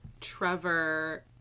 Trevor